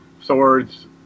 swords